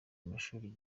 amashuri